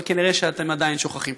אבל כנראה אתם עדיין שוכחים.